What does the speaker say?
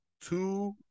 two